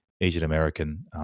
Asian-American